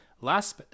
last